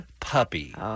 puppy